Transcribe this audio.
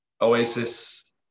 Oasis